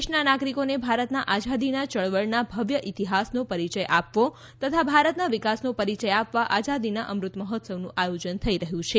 દેશના નાગરિકોને ભારતના આઝાદીના ચળવળના ભવ્ય ઇતિહાસનો પરિચય આપવો તથા ભારતના વિકાસનો પરિચય આપવા આઝાદીના અમૃત મહોત્સવનું આયોજન થઇ રહ્યું છે